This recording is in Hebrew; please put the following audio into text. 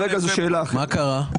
מה קרה?